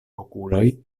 okuloj